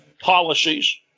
policies